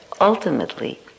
Ultimately